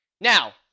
Now